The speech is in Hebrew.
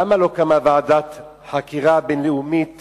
למה לא קמה ועדת חקירה בין-לאומית